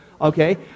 Okay